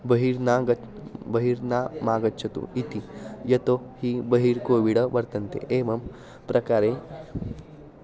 बहिः न गच् बहिः न मा गच्छन्तु इति यतो हि बहिः कोविड वर्तन्ते एवं प्रकारे